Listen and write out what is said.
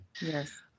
Yes